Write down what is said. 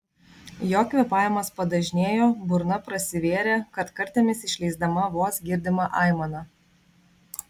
jo kvėpavimas padažnėjo burna prasivėrė kartkartėmis išleisdama vos girdimą aimaną